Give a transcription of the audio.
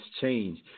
change